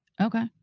okay